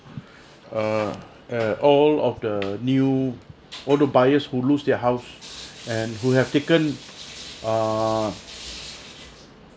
uh uh all of the new all the buyers who lose their house and who have taken uh